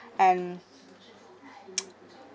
and